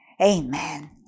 Amen